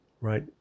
right